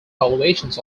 valuations